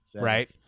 right